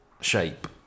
shape